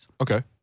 Okay